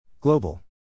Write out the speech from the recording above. Global